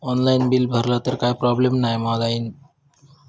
Online bill भरला तर काय प्रोब्लेम नाय मा जाईनत?